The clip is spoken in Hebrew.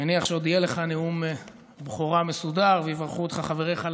אני מניח שעוד יהיה לך נאום בכורה מסודר ויברכו אותך חבריך לסיעה,